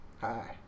Hi